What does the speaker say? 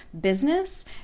business